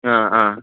ஆ ஆ